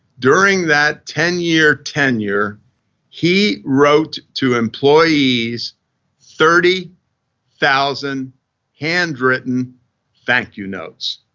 during that ten year tenure he wrote to employees thirty thousand handwritten thank you notes.